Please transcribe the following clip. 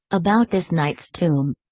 about this knight's tomb.